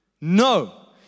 No